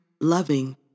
loving